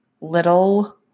little